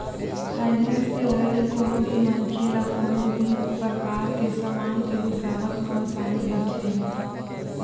finance के होय ले कोनो भी मनखे ल कोनो भी परकार के समान के बिसावत म आसानी होथे